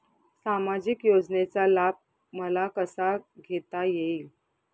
सामाजिक योजनेचा लाभ मला कसा घेता येईल?